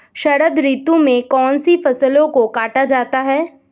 शरद ऋतु में कौन सी फसलों को काटा जाता है?